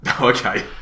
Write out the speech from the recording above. Okay